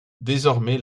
désormais